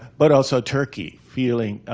but also turkey feeling